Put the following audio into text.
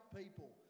people